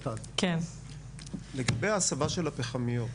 לגבי ההסבה של הפחמיות,